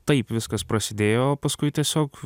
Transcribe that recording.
taip viskas prasidėjo o paskui tiesiog